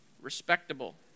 Respectable